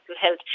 health